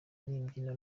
n’imbyino